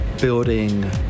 building